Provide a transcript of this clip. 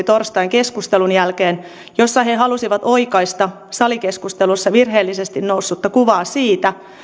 torstain keskustelun jälkeen suomen taksiliiton sähköposti jossa he halusivat oikaista salikeskustelussa virheellisesti noussutta kuvaa siitä